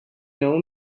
know